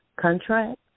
contract